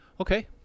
Okay